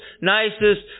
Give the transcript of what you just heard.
nicest